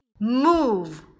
move